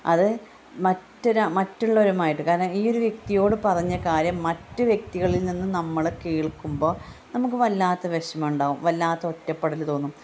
അത് മറ്റൊരാൾ മറ്റുള്ളവരുമായിട്ട് കാരണം ഈ ഒരു വ്യക്തിയോട് പറഞ്ഞ കാര്യം മറ്റു വ്യക്തികളിൽ നിന്നും നമ്മൾ കേൾക്കുമ്പോൾ നമുക്ക് വല്ലാത്ത വിഷമമുണ്ടാവും വല്ലാത്ത ഒറ്റപ്പെടൽ തോന്നും